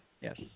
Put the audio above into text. Yes